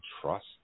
Trust